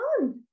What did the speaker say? on